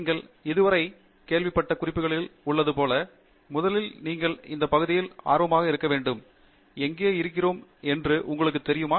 நீங்கள் இதுவரை கேள்விப்பட்ட பல குறிப்புகளே முதலில் நீங்கள் இந்த பகுதியில் ஆர்வமாக இருக்க வேண்டும் என்ற கருத்தை தெரிவிக்கிறீர்கள் நாங்கள் எங்கே இருக்கிறோம் என்று உங்களுக்குத் தெரியுமா